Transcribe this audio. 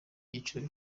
cyiciro